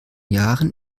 jahren